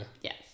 yes